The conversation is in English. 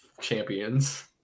champions